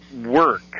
work